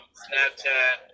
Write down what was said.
Snapchat